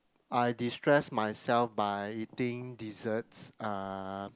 I destress myself by eating desserts uh